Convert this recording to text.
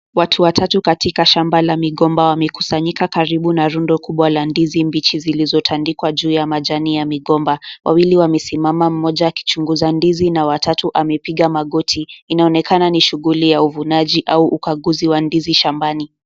Watu watatu katika shamba la migomba wamekusanyika karibu na rundo kubwa la ndizi mbichi zilizotandikwa juu ya majani ya migomba. Wawili wamesimama mmoja akichunguza ndizi na watatu amepiga magoti. Inaonekana ni shughuli ya uvunaji au ukaguzi wa ndizi shambani.